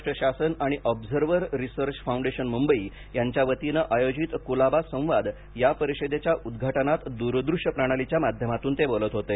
महाराष्ट्र शासन आणि Observer Research Foundation Mumbai यांच्या वतीनं आयोजित कुलाबा संवाद या परिषदेच्या उद्घाटनात दूरदृश्य प्रणालीच्या माध्यमातून ते बोलत होते